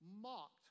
mocked